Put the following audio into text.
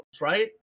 right